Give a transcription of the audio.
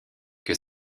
que